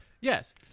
Yes